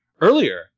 earlier